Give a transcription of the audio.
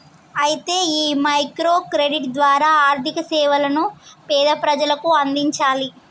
అయితే ఈ micro credit ద్వారా ఆర్థిక సేవలను పేద ప్రజలకు అందించాలి